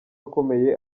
akomeye